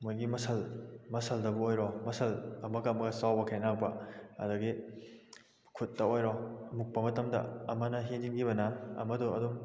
ꯃꯣꯏꯒꯤ ꯃꯁꯜ ꯃꯁꯜꯗꯕꯨ ꯑꯣꯏꯔꯣ ꯃꯁꯜ ꯑꯃꯒ ꯑꯃꯒ ꯆꯥꯎꯕ ꯈꯦꯠꯅꯔꯛꯄ ꯑꯗꯨꯗꯒꯤ ꯈꯨꯠꯇ ꯑꯣꯏꯔꯣ ꯃꯨꯛꯄ ꯃꯇꯝꯗ ꯑꯃꯅ ꯍꯦꯟꯈꯤꯕꯅ ꯑꯃꯗꯣ ꯑꯗꯨꯝ